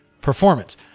performance